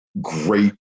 great